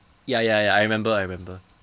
ya ya ya I remember I remember